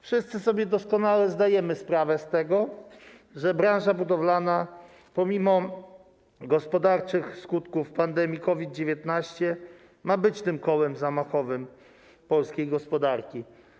Wszyscy sobie doskonale zdajemy sprawę z tego, że branża budowlana pomimo gospodarczych skutków pandemii COVID-19 ma być tym kołem zamachowym polskiej gospodarki.